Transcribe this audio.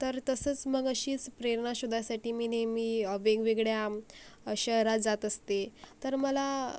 तर तसंस मग अशीच प्रेरना शोदासाटी मी नेमी वेगवेगड्या म् शरात जात असते तर मला